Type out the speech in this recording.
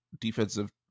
defensive